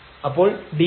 അപ്പോൾ dy 0